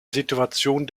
situation